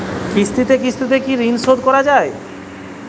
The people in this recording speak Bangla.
কিস্তিতে কিস্তিতে কি ঋণ পরিশোধ করা য়ায়?